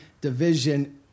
division